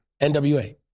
NWA